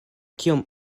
kiom